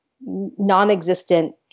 non-existent